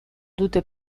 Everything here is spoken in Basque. dute